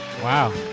Wow